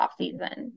offseason